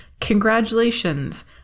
Congratulations